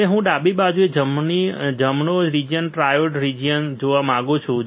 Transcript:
હવે હું ડાબી બાજુએ જમણો રીજીયન ટ્રાયોડ રીજીયન જોવા માંગુ છું